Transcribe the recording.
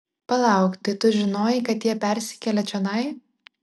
palauk tai tu žinojai kad jie persikelia čionai